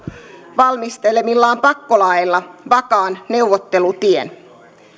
valmistelemillaan pakkolaeilla vakaan neuvottelutien